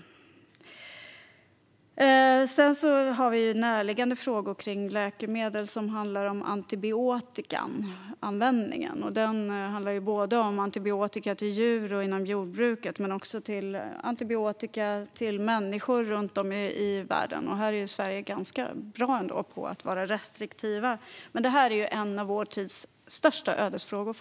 Sedan har vi närliggande frågor som handlar om antibiotikaanvändningen. Det handlar om antibiotika till djur och inom jordbruket men också om antibiotika till människor runt om i världen. Sverige är ganska bra på att vara restriktivt, men detta är faktiskt en av vår tids största ödesfrågor.